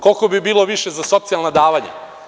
Koliko bi bilo više za socijalna davanja?